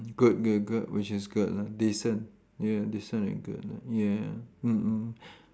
good good good which is good lah decent ya decent and good lah ya mm mm